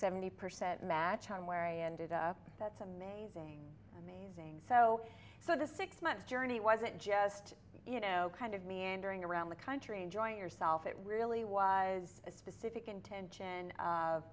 seventy percent match on where i ended up that's amazing using so so the six month journey wasn't just you know kind of meandering around the country enjoying yourself it really was a specific intention of